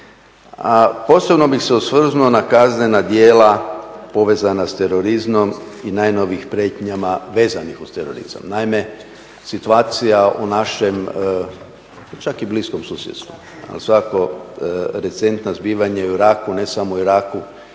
A posebno bih se osvrnuo na kaznena djela povezana s terorizmom i najnovijim prijetnjama vezanih uz terorizam. Naime, situacija u našem čak i bliskom susjedstvu ali svakako recentno zbivanje i u Iraku, ne samo u Iraku